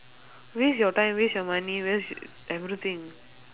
waste your time waste your money waste everything